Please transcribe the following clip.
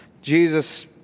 Jesus